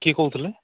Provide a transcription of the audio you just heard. କିଏ କହୁଥିଲେ